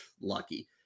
lucky